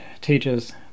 teaches